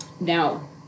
Now